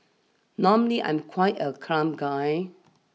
normally I'm quite a calm guy